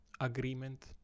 agreement